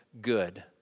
good